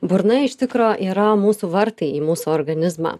burna iš tikro yra mūsų vartai į mūsų organizmą